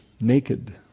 Naked